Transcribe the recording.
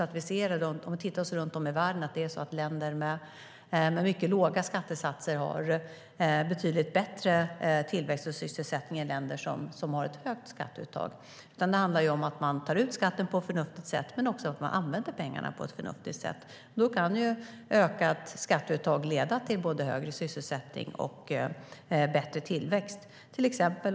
Om vi ser oss runt om i världen ser vi ju inte att länder med mycket låga skattesatser har betydligt högre tillväxt och sysselsättning än länder som har ett högt skatteuttag. Det handlar om att ta ut skatten på ett förnuftigt sätt men också om att använda pengarna på ett förnuftigt sätt. Då kan ett ökat skatteuttag leda till både högre sysselsättning och bättre tillväxt.